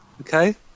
Okay